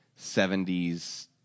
70s